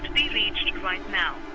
be reached right now